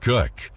Cook